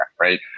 right